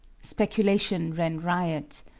speculation ran riot.